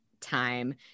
time